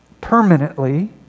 permanently